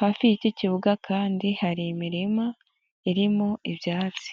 hafi y'iki kibuga kandi hari imirima irimo ibyatsi.